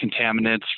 contaminants